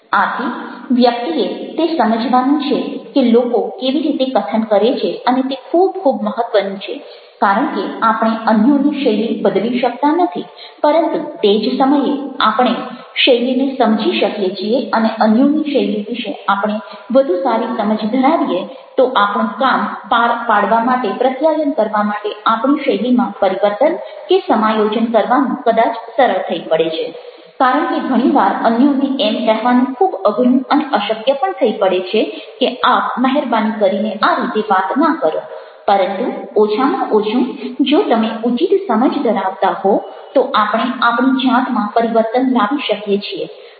આથી વ્યક્તિએ તે સમજવાનું છે કે લોકો કેવી રીતે કથન કરે છે અને તે ખૂબ ખૂબ મહત્ત્વનું છે કારણ કે આપણે અન્યોની શૈલી બદલી શકતા નથી પરંતુ તે જ સમયે આપણે શૈલીને સમજી શકીએ છીએ અને અન્યોની શૈલી વિશે આપણે વધુ સારી સમજ ધરાવીએ તો આપણું કામ પાર પાડવા માટે પ્રત્યાયન કરવા માટે આપણી શૈલીમાં પરિવર્તન કે સમાયોજન કરવાનું કદાચ સરળ થઈ પડે છે કારણ કે ઘણી વાર અન્યોને એમ કહેવાનું ખૂબ અઘરું અને અશક્ય પણ થઇ પડે છે કે આપ મહેરબાની કરીને આ રીતે વાત ના કરો પરંતુ ઓછામાં ઓછું જો તમે ઉચિત સમજ ધરાવતા હો તો આપણે આપણી જાતમાં પરિવર્તન લાવી શકીએ છીએ